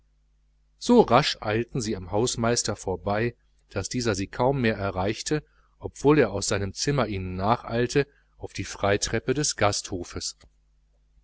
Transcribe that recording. so rasch eilten sie am portier vorüber daß dieser sie kaum mehr erreichte obwohl er aus seinem zimmer ihnen nacheilte auf die freitreppe vor dem